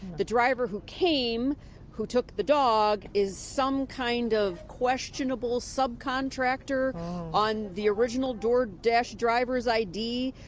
the driver who came who took the dog is some kind of questionable subcontractor on the original door dash driver's i d,